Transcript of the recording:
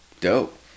dope